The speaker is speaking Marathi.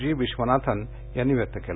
जी विश्वनाथन यांनी व्यक्त केलं